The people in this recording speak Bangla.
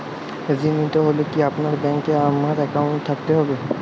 ঋণ নিতে হলে কি আপনার ব্যাংক এ আমার অ্যাকাউন্ট থাকতে হবে?